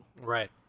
Right